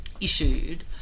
issued